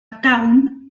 dawn